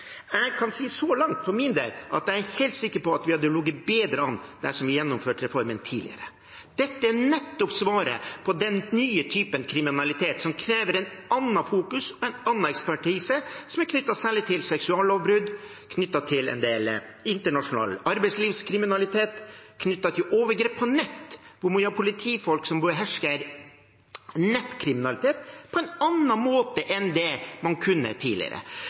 Jeg kan så langt for min del si at jeg er helt sikker på at vi hadde ligget bedre an dersom vi hadde gjennomført reformen tidligere. Dette er svaret på nettopp den nye typen kriminalitet som krever et annet fokus og en annen ekspertise, særlig knyttet til seksuallovbrudd, knyttet til en del internasjonal arbeidslivskriminalitet, knyttet til overgrep på nett, der vi må ha politifolk som behersker nettkriminalitet på en annen måte enn det man kunne tidligere.